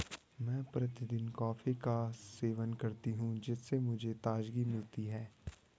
मैं प्रतिदिन कॉफी का सेवन करती हूं जिससे मुझे ताजगी मिलती है